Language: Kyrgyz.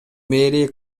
мэри